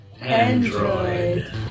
Android